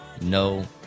No